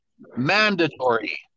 mandatory